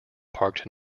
parked